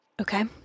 Okay